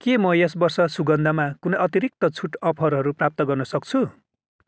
के म यस वर्ष सुगन्धमा कुनै अतिरिक्त छुट अफरहरू प्राप्त गर्न सक्छु